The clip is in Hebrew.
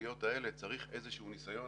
בסוגיות האלה צריך איזשהו ניסיון,